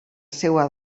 seva